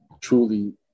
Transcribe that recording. truly